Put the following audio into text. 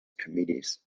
committees